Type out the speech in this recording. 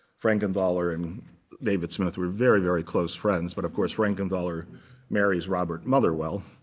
frankenthaler and david smith were very, very close friends, but of course, frankenthaler marries robert motherwell.